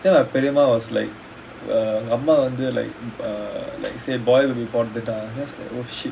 then my பெரியம்மா:periyamma was like err அம்மாவந்து:amma vandhu then I was like oh shit